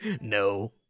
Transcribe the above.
No